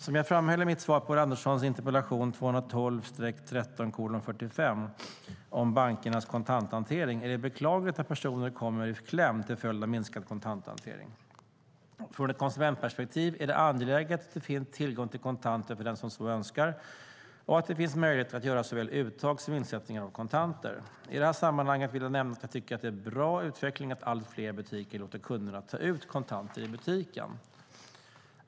Som jag framhöll i mitt svar på Ulla Anderssons interpellation 2012/13:45 om bankernas kontanthantering är det beklagligt när personer kommer i kläm till följd av minskad kontanthantering. Från ett konsumentperspektiv är det angeläget att det finns tillgång till kontanter för den som så önskar och att det finns möjligheter att göra såväl uttag som insättningar av kontanter. I det här sammanhanget vill jag nämna att jag tycker att det är en bra utveckling att alltfler butiker låter kunderna ta ut kontanter i butiken.